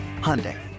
Hyundai